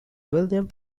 william